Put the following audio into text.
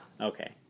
Okay